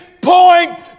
point